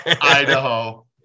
Idaho